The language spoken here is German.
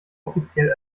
offiziell